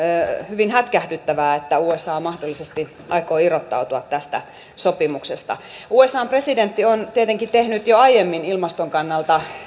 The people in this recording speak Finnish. hyvin hätkähdyttävää että usa mahdollisesti aikoo irrottautua tästä sopimuksesta usan presidentti on tietenkin tehnyt jo aiemmin ilmaston kannalta